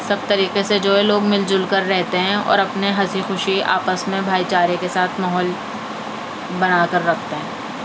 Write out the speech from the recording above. سب طریقے سے جو ہے لوگ مل جل کر رہتے ہیں اور اپنے ہنسی خوشی آپس میں بھائی چارے کے ساتھ ماحول بنا کر رکھتے ہیں